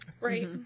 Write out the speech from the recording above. Right